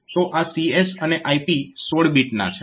તો આ CS અને IP 16 બીટના છે